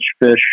fish